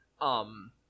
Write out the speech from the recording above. Um-